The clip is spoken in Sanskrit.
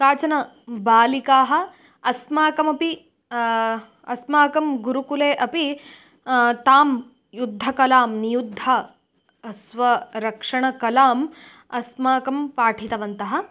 काचन बालिकाः अस्माकमपि अस्माकं गुरुकुले अपि तां युद्धकलां नियुद्ध स्वरक्षणकलाम् अस्माकं पाठितवन्तः